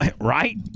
Right